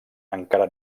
encara